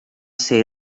ser